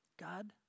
God